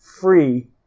free